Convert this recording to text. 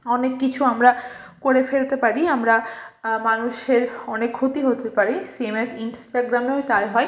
অনেক কিছু আমরা করে ফেলতে পারি আমরা মানুষের অনেক ক্ষতি হতে পারে সেম অ্যাস ইনস্টাগ্রামেও তাই হয়